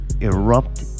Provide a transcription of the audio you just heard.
erupt